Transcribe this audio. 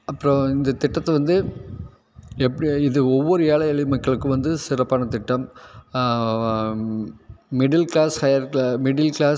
அப்புறம் இந்த திட்டத்தை வந்து எப்படியோ இது ஒவ்வொரு ஏழை எளிய மக்களுக்கும் வந்து சிறப்பான திட்டம் middle class higher class middle class